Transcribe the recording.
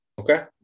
Okay